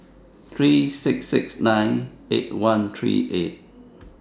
three six six nine eight one three eight